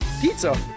Pizza